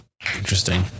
Interesting